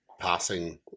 passing